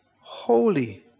Holy